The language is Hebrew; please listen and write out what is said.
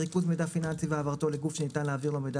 ריכוז מידע פיננסי והעברתו לגוף שניתן להעביר לו מידע